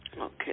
Okay